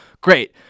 Great